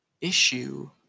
issue